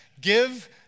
Give